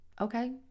okay